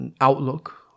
outlook